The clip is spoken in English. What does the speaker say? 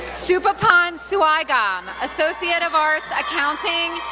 supapan suayngam, associate of arts, accounting,